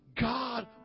God